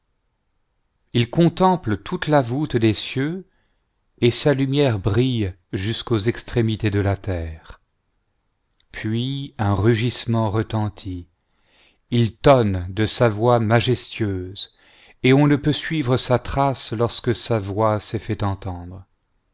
il contemple toute la voûte des cieux et sa lumière brille jusqu'aux extrémités de la terre puis un rugissement retentit il tonne de sa voix majestueuse et on ne peut suivre sa trace lorsque sa voix s est fait entendre